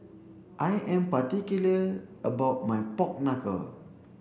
I am particular about my pork knuckle